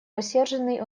рассерженный